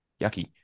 yucky